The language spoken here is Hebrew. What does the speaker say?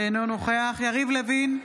אינו נוכח יריב לוין,